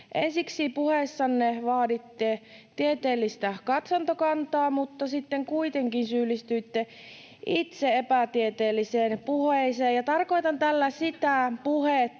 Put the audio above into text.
ensiksi puheessanne vaaditte tieteellistä katsantokantaa, mutta sitten kuitenkin syyllistyitte itse epätieteelliseen puheeseen. [Anna Kontula: Missä